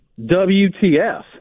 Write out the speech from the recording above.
WTF